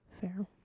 Fair